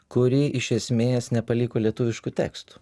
kuri iš esmės nepaliko lietuviškų tekstų